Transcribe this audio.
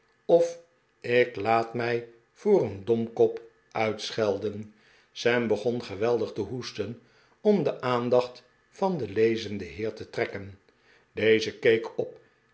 of ik laat m'ij voor een domkop uitschelden sam begon geweldig te hoesten om de aandacht van den lezenden heer te trekken deze keek op